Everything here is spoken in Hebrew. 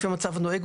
לפי המצב הנוהג,